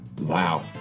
wow